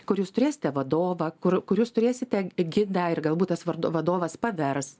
kur jūs turėsite vadovą kur kur jūs turėsite gidą ir galbūt tas vardu vadovas pavers